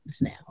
now